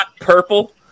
purple